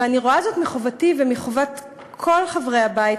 ואני רואה זאת מחובתי ומחובת כל חברי הבית,